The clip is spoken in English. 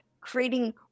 creating